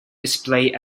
display